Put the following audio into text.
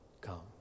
come